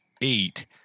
eight